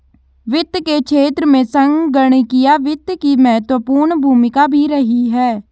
वित्त के क्षेत्र में संगणकीय वित्त की महत्वपूर्ण भूमिका भी रही है